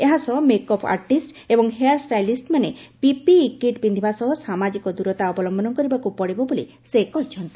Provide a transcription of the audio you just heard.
ଏହାସହ makeup artist ଏବଂ hair ଷ୍ଟାଇଲିଷ୍ଟମାନେ ପିପିଇ କିଟ୍ ପିକ୍ବିବା ସହ ସାମାଜିକ ଦୂରତା ଅବଲମ୍ଦନ କରିବାକୁ ପଡ଼ିବ ବୋଲି ସେ କହିଛନ୍ତି